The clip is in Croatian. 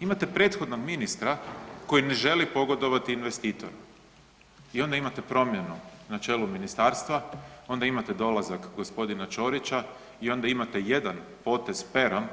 Imate prethodnog ministra koji ne želi pogodovati investitoru i onda imate promjenu na čelu ministarstva, onda imate dolazak g. Ćorića i onda imate jedan potez perom